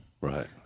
Right